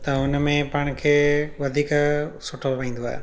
त हुनमें पाण खे वधीक सुठो पवंदो आहे